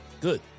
Good